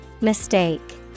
Mistake